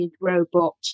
robot